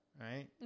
right